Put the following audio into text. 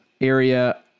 area